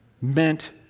meant